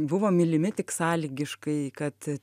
buvo mylimi tik sąlygiškai kad